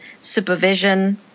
supervision